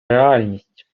реальність